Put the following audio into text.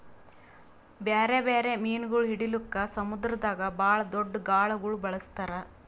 ಬ್ಯಾರೆ ಬ್ಯಾರೆ ಮೀನುಗೊಳ್ ಹಿಡಿಲುಕ್ ಸಮುದ್ರದಾಗ್ ಭಾಳ್ ದೊಡ್ದು ಗಾಳಗೊಳ್ ಬಳಸ್ತಾರ್